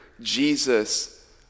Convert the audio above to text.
Jesus